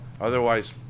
otherwise